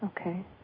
Okay